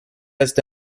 está